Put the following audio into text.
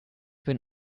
been